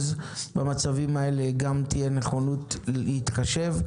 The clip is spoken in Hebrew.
גם תהיה נכונות להתחשב.